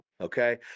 okay